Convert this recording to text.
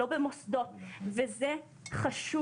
לא במוסדות וזה חשוב.